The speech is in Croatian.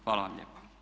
Hvala vam lijepa.